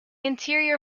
interior